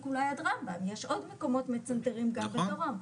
עד רמב"ם יש עוד מקומות מצנתרים גם בדרום,